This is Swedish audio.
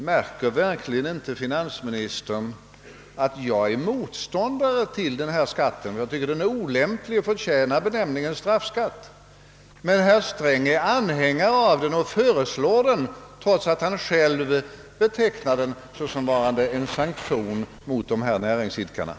Märker verkligen inte finansministern att jag är motståndare till denna skatt; jag tycker att den är olämplig och förtjänar benämningen straffskatt. Men herr Sträng är anhängare av denna skatt och lägger fram förslag om den, trots att han själv betecknar den som en sanktion mot dessa näringsidkare.